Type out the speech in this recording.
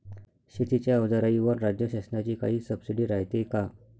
शेतीच्या अवजाराईवर राज्य शासनाची काई सबसीडी रायते का?